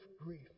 grief